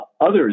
others